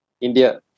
India